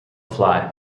fly